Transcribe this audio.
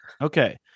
Okay